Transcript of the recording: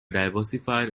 diversified